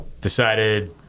decided